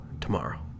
tomorrow